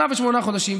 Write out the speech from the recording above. שנה ושמונה חודשים,